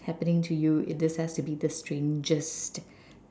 happening to you it this has to be the strangest